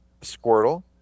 Squirtle